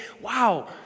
wow